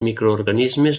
microorganismes